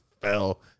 fell